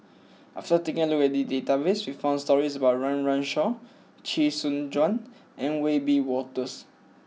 after taking a look at the database we found stories about Run Run Shaw Chee Soon Juan and Wiebe Wolters